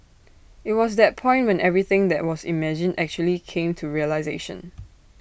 IT was that point when everything that was imagined actually came to realisation